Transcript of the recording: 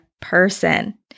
person